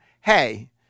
hey